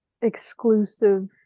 exclusive